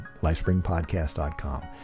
lifespringpodcast.com